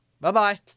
Bye-bye